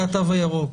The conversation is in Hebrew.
זה התו הירוק.